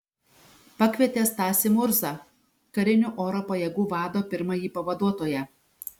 pakvietė stasį murzą karinių oro pajėgų vado pirmąjį pavaduotoją